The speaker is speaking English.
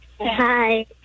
Hi